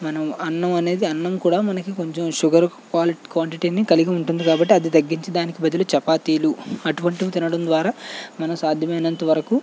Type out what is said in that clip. మనం అన్నం అనేది అన్నం కూడా మనకి కొంచెం షుగర్ క్వాలి క్వాంటిటీని కలిగి ఉంటుంది కాబట్టి అది తగ్గించి దానికి బదులు చపాతీలు అటువంటివి తినడం ద్వారా మనం సాధ్యమైనంత వరకూ